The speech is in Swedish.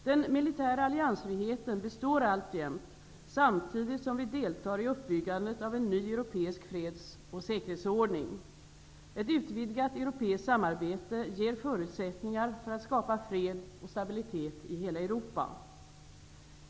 Den militära alliansfriheten består alltjämt samtidigt som vi deltar i uppbyggandet av en ny europeisk freds och säkerhetsordning. Ett utvidgat europeiskt samarbete ger förutsättningar för att skapa fred och stabilitet i hela Europa.